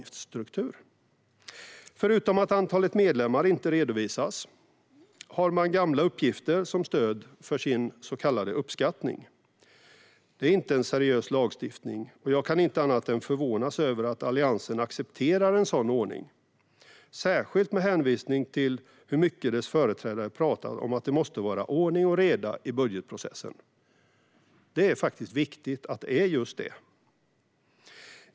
Förutom att antalet medlemmar inte redovisas har man gamla uppgifter som stöd för sin så kallade uppskattning. Detta är inte seriös lagstiftning, och jag kan inte annat än att förvånas över att Alliansen accepterar en sådan ordning, särskilt med hänvisning till hur mycket dess företrädare har pratat om att det måste vara ordning och reda i budgetprocessen. Det är faktiskt viktigt att det är just det.